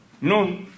No